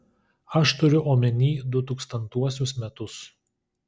aš turiu omeny du tūkstantuosius metus